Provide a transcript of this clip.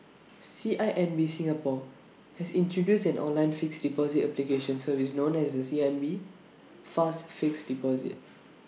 C I M B Singapore has introduced an online fixed deposit application service known as the C I M B fast fixed deposit